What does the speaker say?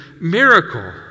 miracle